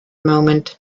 moment